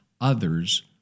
others